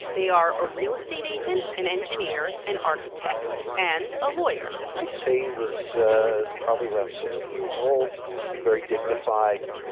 they are a real estate agent, an engineer, an architect and a lawyer i'd say he was ah probably around sixty years old very dignified,